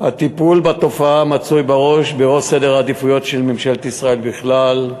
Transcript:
הטיפול בתופעה מצוי בראש סדר העדיפויות של ממשלת ישראל בכלל,